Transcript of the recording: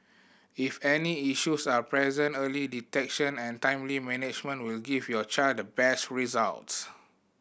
if any issues are present early detection and timely management will give your child the best results